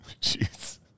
jeez